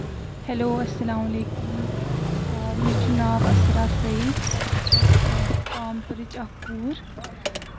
hello اَسلام علیکُم مےٚ چھُ ناو عسرا سعید بہٕ چھَس پامپرٕچ اکھ کوٗر